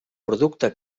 producte